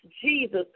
Jesus